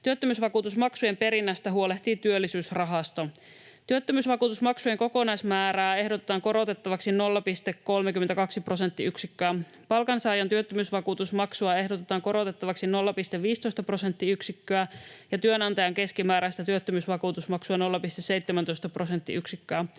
Työttömyysvakuutusmaksujen perinnästä huolehtii Työllisyysrahasto. Työttömyysvakuutusmaksujen kokonaismäärää ehdotetaan korotettavaksi 0,32 prosenttiyksikköä. Palkansaajan työttömyysvakuutusmaksua ehdotetaan korotettavaksi 0,15 prosenttiyksikköä ja työnantajan keskimääräistä työttömyysvakuutusmaksua 0,17 prosenttiyksikköä.